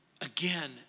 again